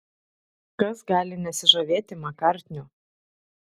kas gali nesižavėti makartniu